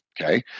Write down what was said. okay